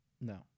No